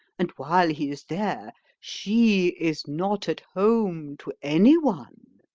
and while he is there she is not at home to any one.